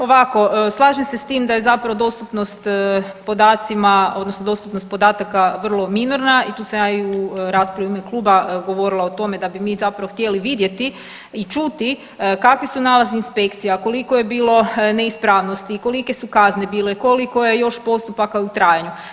Pa ovako slažem se s tim da je zapravo dostupnost podacima odnosno dostupnost podataka vrlo minorna i to sam ja i u raspravi i u ime kluba govorila o tome da bi mi zapravo htjeli vidjeti i čuti kakvi su nalazi inspekcija, koliko je bilo neispravnosti, kolike su kazne bile, koliko je još postupaka u trajanju.